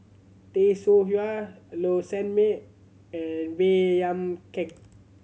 Tay Seow Huah a Low Sanmay and Baey Yam Keng